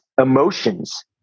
emotions